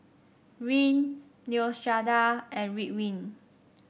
Rene Neostrata and Ridwind